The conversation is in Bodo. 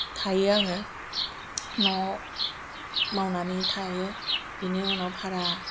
थायो आङो न'आव मावनानै थायो बिनि उनाव भारा